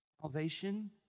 salvation